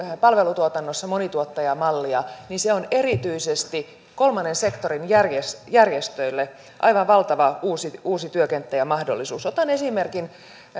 palvelutuotannossa monituottajamallia niin se on erityisesti kolmannen sektorin järjestöille aivan valtava uusi uusi työkenttä ja mahdollisuus otan esimerkin